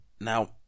Now